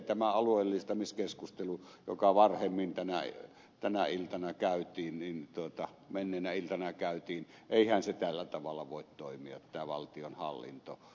tämä alueellistamiskeskustelu joka varhemmin tänä menneenä iltana käytiin eihän se tällä tavalla voi toimia tämä valtionhallinto